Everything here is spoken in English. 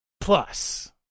Plus